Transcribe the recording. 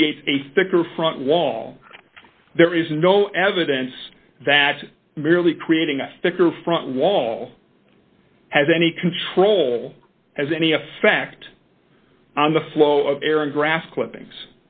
create a thicker front wall there is no evidence that merely creating a thicker front wall has any control has any effect on the flow of air and grass clippings